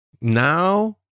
now